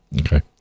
Okay